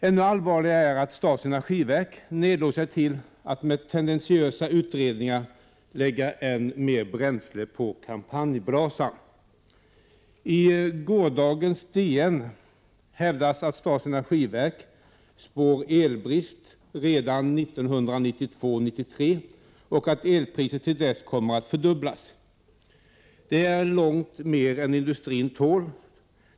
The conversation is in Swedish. Ännu allvarligare är att statens energiverk nedlåter sig till att med tendentiösa utredningar lägga än mer bränsle på kampanjbrasan. I gårdagens DN hävdas att statens energiverk spår elbrist redan 1992/93 och att elpriset till dess kommer att fördubblas. Det är långt mer än industrin tål.